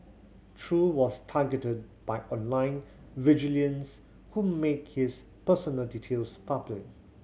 Chew was targeted by online vigilance who made his personal details public